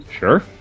Sure